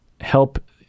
help